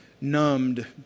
numbed